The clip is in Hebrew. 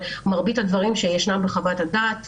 מרבית הדברים שישנם בחוות הדעת,